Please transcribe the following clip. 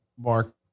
mark